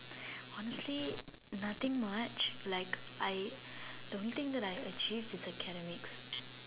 only nothing much like I the only that I achieve is academics